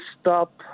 stop